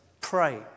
pray